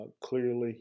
clearly